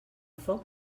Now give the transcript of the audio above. foc